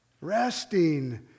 resting